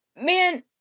man